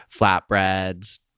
flatbreads